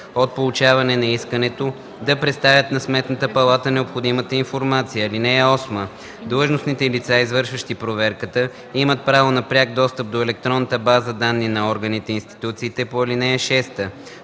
от получаване на искането да представят на Сметната палата необходимата информация. (8) Длъжностните лица, извършващи проверката, имат право на пряк достъп до електронната база данни на органите и институциите по ал. 6.